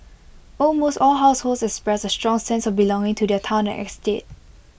almost all households expressed A strong sense of belonging to their Town and estate